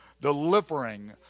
delivering